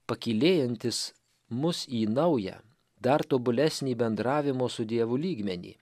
pakylėjantis mus į naują dar tobulesnį bendravimo su dievu lygmenį